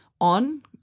on